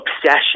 obsession